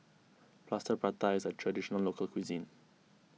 Plaster Prata is a Traditional Local Cuisine